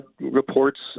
reports